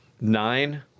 Nine